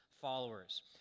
followers